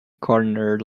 corner